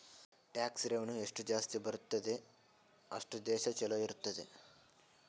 tax revenue ಎಷ್ಟು ಜಾಸ್ತಿ ಬರ್ತುದ್ ಅಷ್ಟು ದೇಶ ಛಲೋ ಇರ್ತುದ್